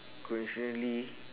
coincidentally